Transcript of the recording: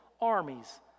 armies